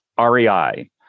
REI